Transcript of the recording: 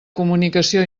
comunicació